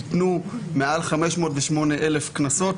ניתנו מעל 508,000 קנסות.